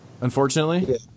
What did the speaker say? Unfortunately